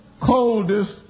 coldest